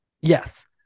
yes